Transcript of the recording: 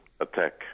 attack